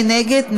מי נגד?